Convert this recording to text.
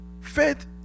faith